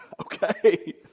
okay